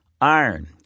iron